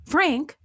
Frank